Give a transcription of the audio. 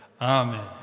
Amen